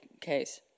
case